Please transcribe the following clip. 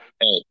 Hey